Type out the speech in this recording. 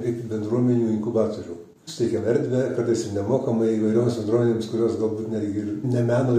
kaip bendruomenių inkubatorių suteikiam erdvę kartais ir nemokamai įvairioms bendruomenėms kurios galbūt netgi ir ne meno